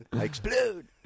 Explode